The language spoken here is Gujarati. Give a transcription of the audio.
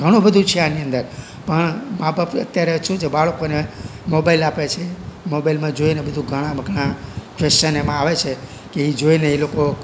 ઘણું બધું છે આની અંદર પણ માં બાપ અત્યારે શું છે બાળકોને મોબાઈલ આપે છે મોબાઇલમાં જોઈને બધું ઘણા ઘણા ક્વેશ્ચન એમાં આવે છે કે એ જોઈને એ લોકો